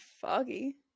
foggy